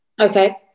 Okay